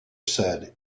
said